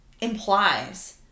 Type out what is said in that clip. implies